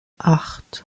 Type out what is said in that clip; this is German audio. acht